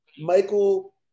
Michael